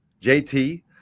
JT